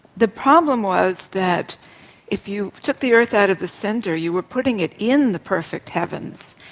the problem was that if you took the earth out of the centre you were putting it in the perfect heavens,